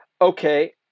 okay